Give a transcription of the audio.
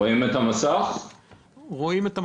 אתם רואים פה על המסך את האפליקציה.